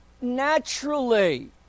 naturally